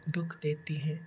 दुख देती है